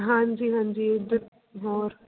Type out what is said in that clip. ਹਾਂਜੀ ਹਾਂਜੀ ਇੱਧਰ ਹੋਰ